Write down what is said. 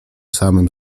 samym